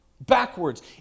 backwards